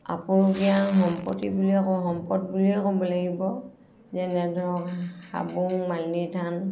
আপুৰুগীয়া সম্পত্তি বুলিয়েই কওঁ সম্পদ বুলিয়ে ক'ব লাগিব যেনে ধৰক হাবুং মালিনী থান